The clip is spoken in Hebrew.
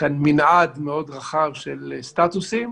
כאן מנעד מאוד רחב של סטטוסים,